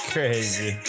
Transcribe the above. Crazy